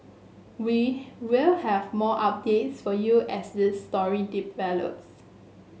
we will have more updates for you as this story develops